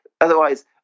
otherwise